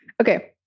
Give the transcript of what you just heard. Okay